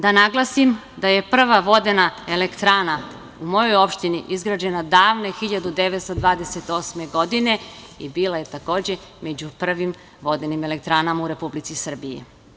Da naglasim da je prva vodena elektrana u mojoj opštini izgrađena davne 1928. godine i bila je takođe među prvim vodenim elektranama u Republici Srbiji.